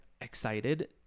excited